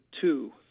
two